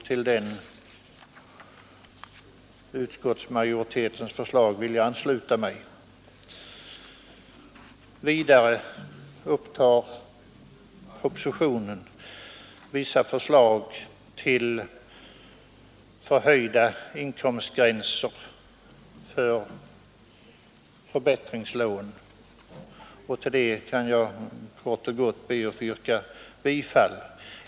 Till detta utskottsmajoritetens förslag har jag anslutit mig. Propositionen upptar också vissa förslag till höjda inkomstgränser för förbättringslån, och till detta kan jag kort och gott be att få yrka bifall.